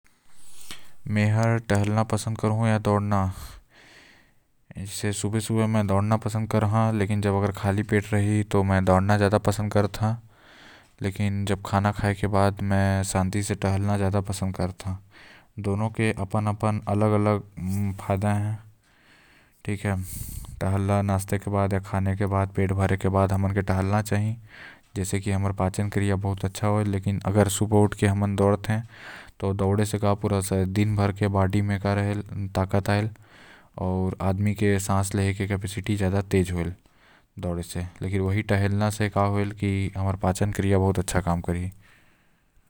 मै ह सुबह सुबह दौड़ना पसंद करो काबर की चलना त शाम के भी हो जाहि लेकिन सुबह जा तय खाली पेट ताजगी म दौड़वे त सेहत भी बढ़िया रही।